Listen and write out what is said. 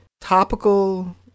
topical